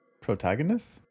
protagonist